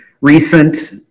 recent